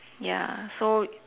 ya so